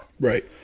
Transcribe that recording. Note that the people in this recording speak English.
Right